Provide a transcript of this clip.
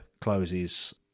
closes